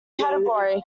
category